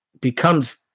becomes